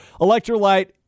Electrolyte